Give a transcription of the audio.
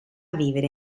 vivere